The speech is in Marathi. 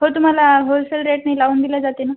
हो तुम्हाला होलसेल रेटने लावून दिलं जाते ना